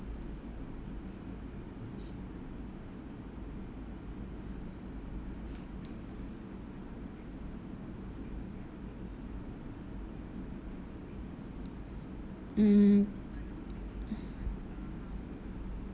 mm